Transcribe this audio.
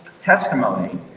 testimony